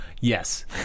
Yes